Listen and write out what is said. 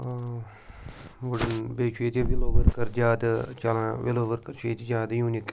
بیٚیہِ چھُ ییٚتہِ وِلو ؤرکر زیادٕ چلان وِلو ؤرکَر چھُ ییٚتہِ زیادٕ یوٗنیٖک